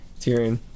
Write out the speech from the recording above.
Tyrion